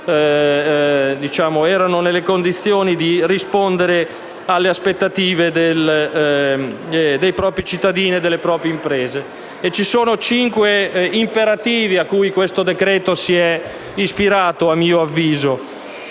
messe nelle condizioni di rispondere alle aspettative dei propri cittadini e delle proprie imprese. Vi sono, a mio avviso, cinque imperativi a cui questo decreto si è ispirato. Il primo